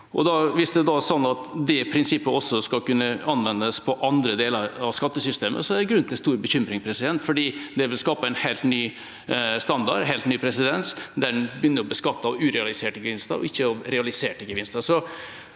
Hvis det prinsippet også skal kunne anvendes på andre deler av skattesystemet, er det grunn til stor bekymring, for det vil skape en helt ny standard og presedens, der en begynner å beskatte urealiserte gevinster og ikke realiserte gevinster.